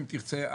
אם תרצה,